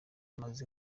maze